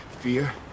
fear